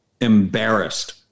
embarrassed